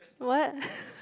what